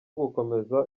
gukomeza